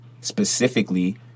specifically